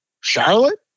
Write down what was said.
Charlotte